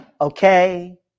Okay